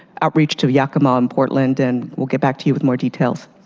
outreach to yakima and portland, and we'll get back to you with more details.